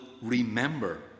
remember